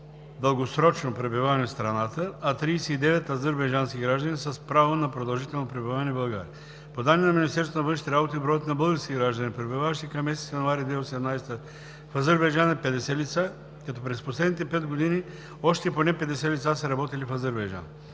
постоянно/дългосрочно пребиваване в страната, а 39 азербайджански граждани са с право на продължително пребиваване в България. По данни на Министерството на външните работи, броят на българските граждани, пребиваващи към месец януари 2018 г. в Азербайджан, е 50 лица, като през последните пет години още поне 50 лица са работили в Азербайджан.